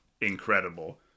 incredible